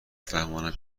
بفهمانم